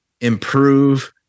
improve